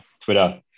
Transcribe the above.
Twitter